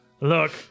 Look